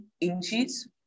inches